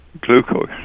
glucose